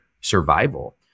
survival